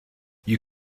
you